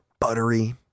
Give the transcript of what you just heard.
buttery